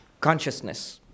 consciousness